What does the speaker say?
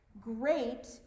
great